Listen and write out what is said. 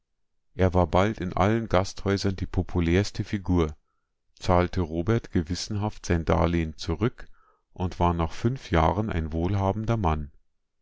er war bald in allen gasthäusern die populärste figur zahlte robert gewissenhaft sein darlehn zurück und war nach fünf jahren ein wohlhabender mann